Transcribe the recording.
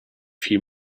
few